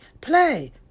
play